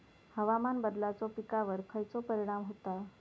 हवामान बदलाचो पिकावर खयचो परिणाम होता?